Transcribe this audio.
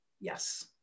Yes